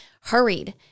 hurried